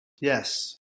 Yes